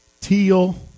teal